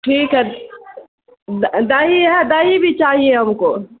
ٹھیک ہے دہی ہے دہی بھی چاہیے ہم کو